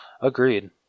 Agreed